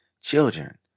children